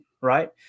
right